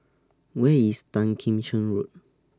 Where IS Tan Kim Cheng Road